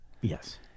Yes